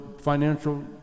financial